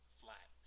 flat